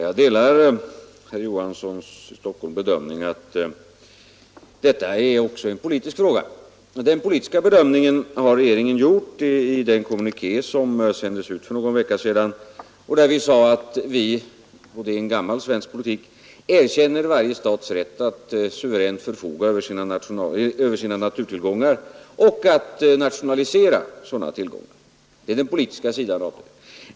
Herr talman! Jag delar herr Olof Johanssons i Stockholm bedömning att detta också är en politisk fråga. Den politiska bedömningen har regeringen gjort i den kommuniké, som sändes ut för någon vecka sedan och i vilken vi sade att vi enligt gammal svensk politik erkänner varje stats rätt att suveränt förfoga över sina naturtillgångar och även nationalisera dem. Det är den politiska sidan av saken.